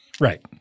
Right